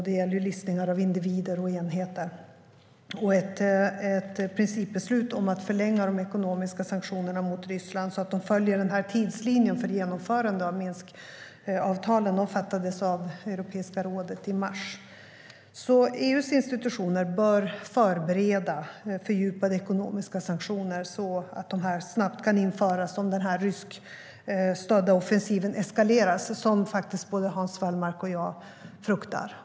Det gäller listningar av individer och enheter. Ett principbeslut om att förlänga de ekonomiska sanktionerna mot Ryssland så att de följer tidslinjen för genomförande av Minskavtalet fattades av Europeiska rådet i mars. EU:s institutioner bör förbereda fördjupade ekonomiska sanktioner så att de snabbt kan införas om den ryskstödda offensiven eskalerar, som faktiskt både Hans Wallmark och jag fruktar.